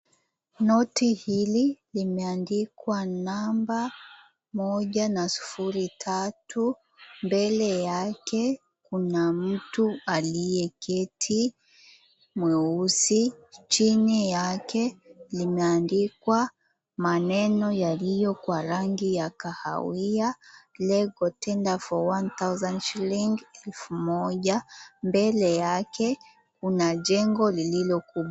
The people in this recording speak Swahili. Noti hili limeandikwa namba moja na sufuri tatu mbele yake kuna mtu aliyeketi mweusi chini yake limeandikwa maneno yaliyo kwa rangi ya kahawia Legal Tender For 1000 Shillings elfu moja mbele yake kuna jengo lililo kubwa.